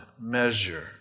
measure